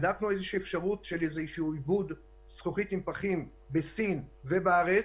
בדקנו איזושהי אפשרות של עיבוד זכוכית עם פחים בסין ובארץ,